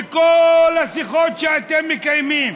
וכל השיחות שאתם מקיימים,